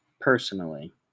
personally